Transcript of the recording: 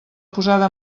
posada